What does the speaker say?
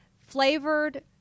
flavored